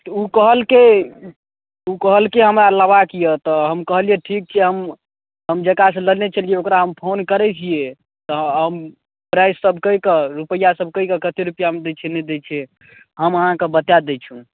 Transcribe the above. ओ कहलकै ओ कहलकै हमरा लेबाक यए तऽ हम कहिलयै ठीक छै हम हम जकरासँ लेने छलियै ओकरा हम फोन करै छियै तऽ हम प्राइससभ कहि कऽ रुपैआसभ कहि कऽ कतेक रुपैआमे दै छै नहि दै छै हम अहाँकेँ बता दै छी